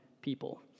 people